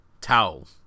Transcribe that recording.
towel